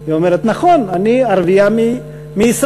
היא אומרת: נכון, אני ערבייה מישראל.